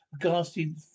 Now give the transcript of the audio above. ghastly